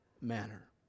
manner